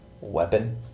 weapon